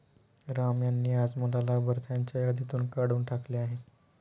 राम यांनी आज मला लाभार्थ्यांच्या यादीतून काढून टाकले आहे